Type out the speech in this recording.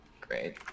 Great